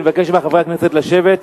אני מבקש מחברי הכנסת לשבת.